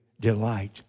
delight